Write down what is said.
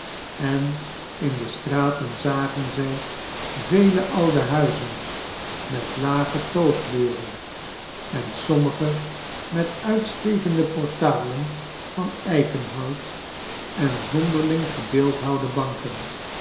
en in de straten zagen zij vele oude huizen met lage toogdeuren en sommige met uitstekende portalen van eikenhout en zonderling gebeeldhouwde banken